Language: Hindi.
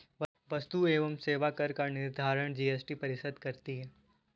वस्तु एवं सेवा कर का निर्धारण जीएसटी परिषद करती है